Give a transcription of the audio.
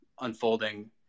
unfolding